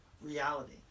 reality